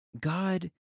God